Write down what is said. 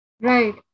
Right